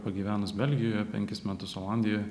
pagyvenus belgijoje penkis metus olandijoje